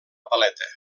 paleta